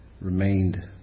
remained